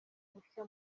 mushya